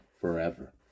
forever